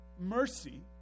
mercy